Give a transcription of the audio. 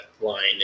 line